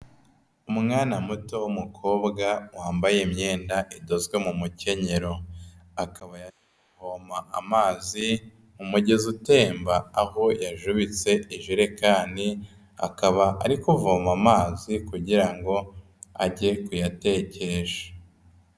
Umwana muto w'umukobwa wambaye imyenda idozwe mu mukenyero, akaba yagiye kuvoma amazi mu mugezi utemba, aho yajubitse ijerekani akaba ari kuvoma amazi kugira ngo ajye kuyatekesha.